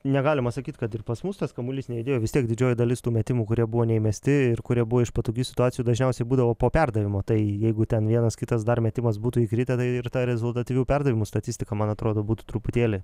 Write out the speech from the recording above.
negalima sakyt kad ir pas mus tas kamuolys nejudėjo vis tiek didžioji dalis tų metimų kurie buvo neįmesti ir kurie buvo iš patogių situacijų dažniausiai būdavo po perdavimo tai jeigu ten vienas kitas dar metimas būtų įkritę ir ta rezultatyvių perdavimų statistika man atrodo būtų truputėlį